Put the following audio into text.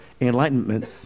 enlightenment